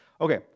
Okay